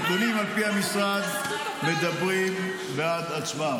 הנתונים, על פי המשרד, מדברים בעד עצמם.